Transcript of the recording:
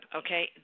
okay